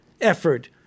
effort